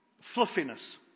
fluffiness